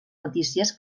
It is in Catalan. notícies